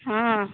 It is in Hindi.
हाँ